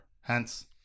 Hence